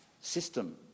system